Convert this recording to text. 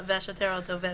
והשוטר או התובע,